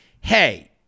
hey